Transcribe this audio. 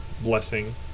blessing